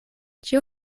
ĉio